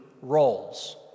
roles